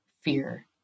fear